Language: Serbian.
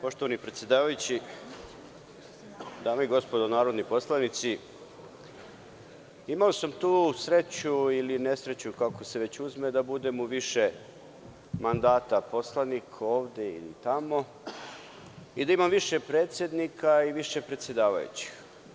Poštovani predsedavajući, dame i gospodo narodni poslanici, imao sam tu sreću ili nesreću kako se već uzme da budem u više mandata poslanik ovde ili tamo i da imam više predsednika i više predsedavajućih.